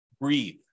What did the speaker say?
Breathe